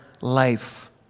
life